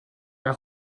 elle